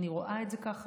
אני רואה את זה ככה,